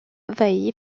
envahi